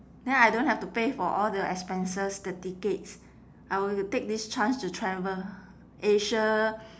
then I don't have to pay for all the expenses the tickets I will take this chance to travel asia